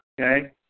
Okay